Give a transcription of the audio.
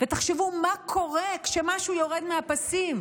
ותחשבו מה קורה כשמשהו יורד מהפסים,